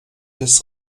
des